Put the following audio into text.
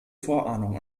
vorahnung